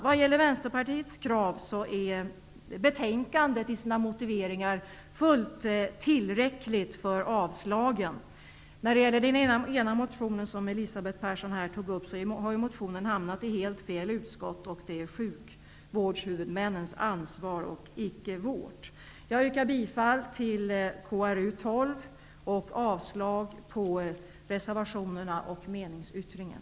Vad gäller Vänsterpartiets krav är motiveringarna i betänkandet fullt tillräckliga för att motivera ett avslagsyrkande. Den ena motion som Elisabeth Persson här berörde har ju hamnat i helt fel utskott. Det är sjukvårdshuvudmännens ansvar och inte riksdagens. Jag yrkar bifall till utskottets hemställan i betänkande KrU12 och avslag på reservationerna samt meningsyttringen.